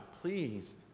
please